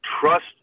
trust